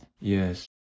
Yes